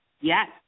yes